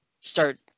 start